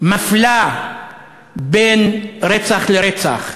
מפלה בין רצח לרצח.